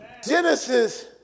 Genesis